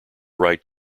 write